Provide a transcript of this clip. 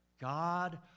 God